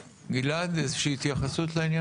גלעד, יש התייחסות לעניין?